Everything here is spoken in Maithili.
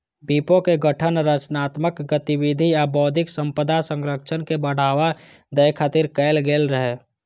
विपो के गठन रचनात्मक गतिविधि आ बौद्धिक संपदा संरक्षण के बढ़ावा दै खातिर कैल गेल रहै